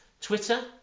Twitter